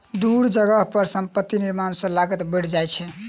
दूर जगह पर संपत्ति निर्माण सॅ लागत बैढ़ जाइ छै